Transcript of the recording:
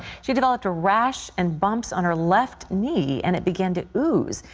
she developed a rash and bumps on her left knee and it began to ooze.